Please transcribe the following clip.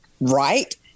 right